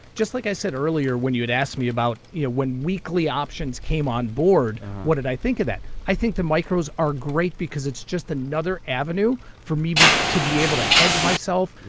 just like i said earlier, when you had asked me about yeah when weekly options came on board, what did i think of that, i think the micros are great because it's just another avenue for me to be able to hedge myself,